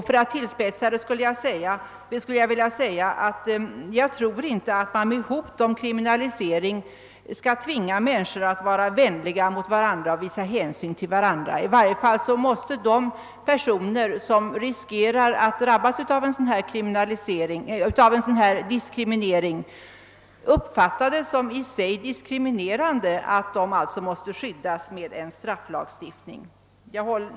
För att tillspetsa det skulle jag vilja säga, att jag inte tror att man med hot om kriminalisering skall tvinga människor att vara vänliga mot varandra och visa varandra hänsyn. I varje fall måste de personer som riskerar att drabbas av en sådan diskriminering uppfatta det som i och för sig diskriminerande att de måste skyddas genom en strafflagstiftning.